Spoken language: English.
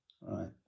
Right